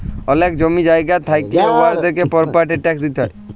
অলেক জমি জায়গা থ্যাইকলে উয়াদেরকে পরপার্টি ট্যাক্স দিতে হ্যয়